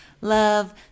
love